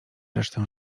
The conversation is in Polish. resztę